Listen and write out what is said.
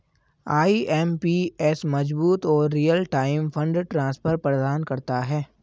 IMPS मजबूत और real time fund transfer प्रदान करता है